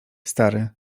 stary